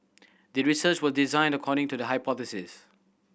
the research was designed according to the hypothesis